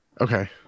okay